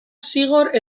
zigor